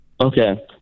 Okay